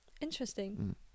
Interesting